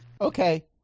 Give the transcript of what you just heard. Okay